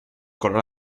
color